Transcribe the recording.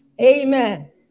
Amen